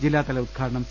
ജില്ലാതല ഉദ്ഘാടനം സി